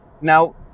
Now